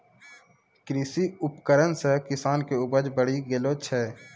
कृषि उपकरण से किसान के उपज बड़ी गेलो छै